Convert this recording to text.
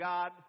God